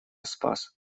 спас